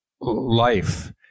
Life